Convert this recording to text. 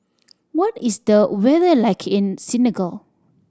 what is the weather like in Senegal